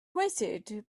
waited